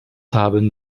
haben